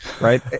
Right